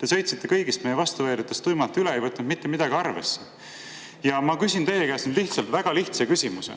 te sõitsite kõigist meie vastuväidetest tuimalt üle, ei võtnud mitte midagi arvesse. Ma küsin teie käest väga lihtsa küsimuse.